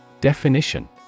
Definition